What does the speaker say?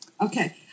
Okay